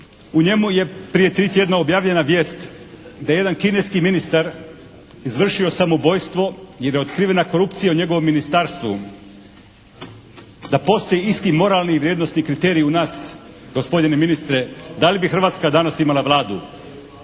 U njemu je prije tri tjedna objavljena vijest da je jedan kineski ministar izvršio samoubojstvo i da je otkrivena korupcija u njegovom ministarstvu. Da postoje isti moralni i vrijednosti kriteriji u nas gospodine ministre, da li bi Hrvatska danas imala Vladu?